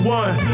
one